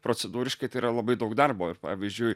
procedūriškai tai yra labai daug darbo ir pavyzdžiui